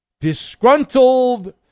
disgruntled